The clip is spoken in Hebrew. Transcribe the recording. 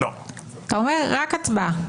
אתה אומר "רק הצבעה"?